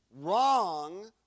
wrong